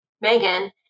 Megan